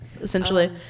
Essentially